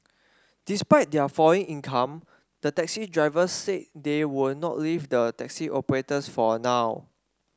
despite their falling income the taxi drivers said they would not leave the taxi operators for now